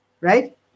Right